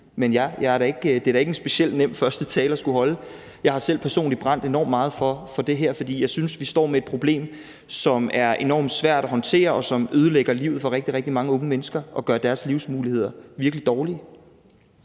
ja, det er da ikke en specielt nem første tale at skulle holde. Jeg har selv personligt brændt enormt meget for det her, fordi jeg synes, at vi står med et problem, som er enormt svært at håndtere, og som ødelægger livet for rigtig, rigtig mange unge mennesker og gør deres livsmuligheder virkelig dårlige.